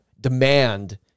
demand